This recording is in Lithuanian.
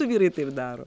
vyrai taip daro